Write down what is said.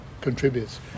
contributes